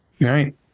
Right